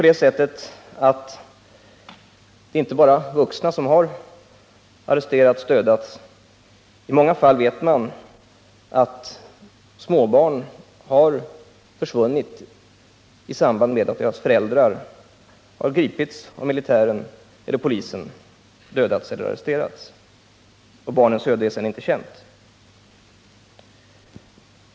Det är ju inte bara vuxna som har arresterats och dödats. I många fall vet man att småbarn har försvunnit i samband med att deras föräldrar har gripits av militären eller polisen, dödats eller arresterats. Barnens öde är sedan okänt.